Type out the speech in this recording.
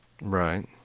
Right